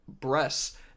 breasts